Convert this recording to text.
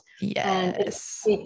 Yes